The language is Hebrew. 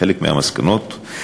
בחלק מהמסקנות,